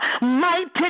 mighty